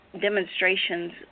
demonstrations